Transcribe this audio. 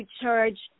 charge